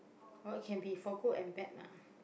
well it can be for good and bad lah